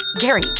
Gary